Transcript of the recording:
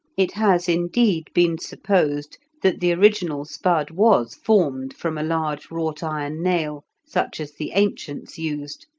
it has, indeed, been supposed that the original spud was formed from a large wrought-iron nail, such as the ancients used,